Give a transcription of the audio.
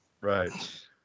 Right